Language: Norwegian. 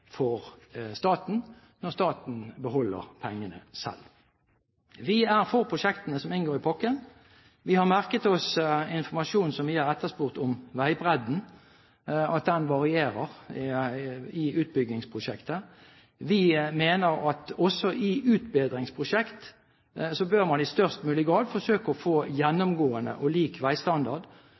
for staten, når staten beholder pengene selv. Vi er for prosjektene som inngår i pakken. Vi har merket oss informasjonen som vi har etterspurt om veibredden, at den varierer i utbyggingsprosjektet. Vi mener at også i utbedringsprosjekter bør man i størst mulig grad forsøke å få gjennomgående og lik veistandard,